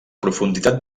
profunditat